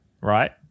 Right